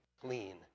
clean